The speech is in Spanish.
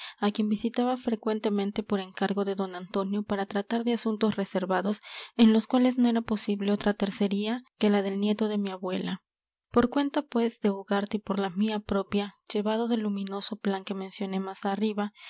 a quien visitaba frecuentemente por encargo de d antonio para tratar de asuntos reservados en los cuales no era posible otra tercería que la del nieto de mi abuela por cuenta pues de ugarte y por la mía propia llevado del luminoso plan que mencioné más arriba fui a ver cierto día